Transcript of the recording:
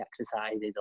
exercises